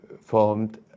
formed